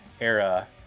era